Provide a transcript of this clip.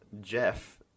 Jeff